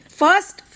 first